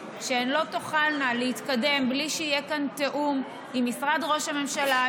שהן לא תוכלנה להתקדם בלי שיהיה כאן תיאום עם משרד ראש הממשלה,